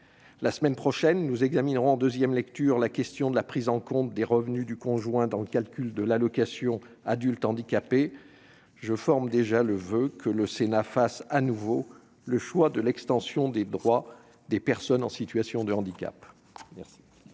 La semaine prochaine, le Sénat examinera en deuxième lecture la question de la prise en compte des revenus du conjoint dans le calcul de l'allocation aux adultes handicapés. Je forme le voeu que le Sénat fasse, de nouveau, le choix de l'extension des droits des personnes en situation de handicap.